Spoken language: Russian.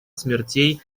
смертей